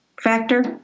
factor